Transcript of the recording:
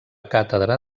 càtedra